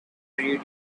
read